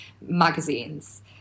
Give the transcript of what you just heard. magazines